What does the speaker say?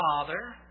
Father